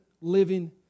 living